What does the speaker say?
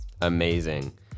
Amazing